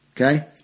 Okay